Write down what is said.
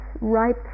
ripe